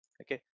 okay